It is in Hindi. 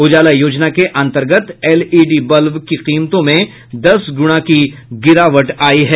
उजाला योजना के अंतर्गत एलईडी बल्ब की कीमतों में दस गुणा की गिरावट आई है